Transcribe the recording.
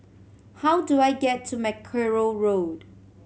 how do I get to Mackerrow Road